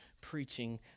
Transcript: preaching